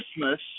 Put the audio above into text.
christmas